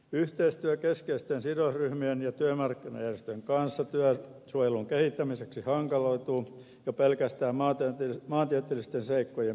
yhteistyö keskeisten sidosryhmien ja työmarkkinajärjestöjen kanssa työsuojelun kehittämiseksi hankaloituu jo pelkästään maantieteellisten seikkojen perusteella